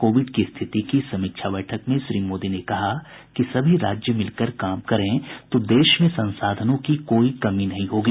Covid की स्थिति की समीक्षा बैठक में श्री मोदी ने कहा कि सभी राज्य मिल कर काम करें तो देश में संसाधनों की कोई कमी नहीं होगी